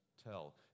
tell